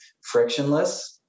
frictionless